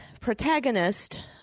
protagonist